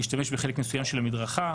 להשתמש בחלק מסוים של המדרכה,